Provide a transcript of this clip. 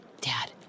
Dad